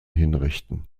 hinrichten